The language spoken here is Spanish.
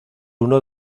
uno